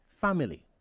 family